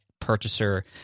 purchaser